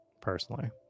personally